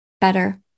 better